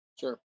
sure